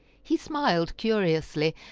he smiled curiously,